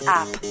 app